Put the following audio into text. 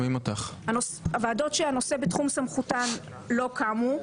שהוועדות שהנושא בתחום סמכותן לא קמו.